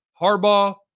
Harbaugh